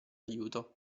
aiuto